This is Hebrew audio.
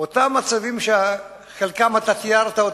באותם מצבים שאת חלקם אתה תיארת.